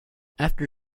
after